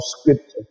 Scripture